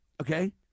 okay